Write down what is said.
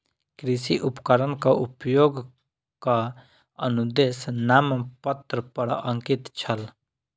कृषि उपकरणक उपयोगक अनुदेश नामपत्र पर अंकित छल